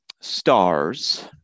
stars